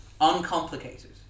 uncomplicated